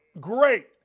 great